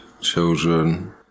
children